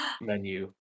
menu